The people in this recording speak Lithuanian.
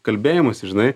kalbėjimąsi žinai